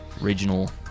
regional